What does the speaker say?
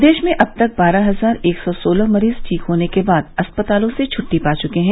प्रदेश में अब तक बारह हजार एक सौ सोलह मरीज ठीक होने के बाद अस्पतालों से छ्ट्टी पा चुके हैं